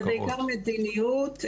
זה בעיקר מדיניות,